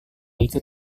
itu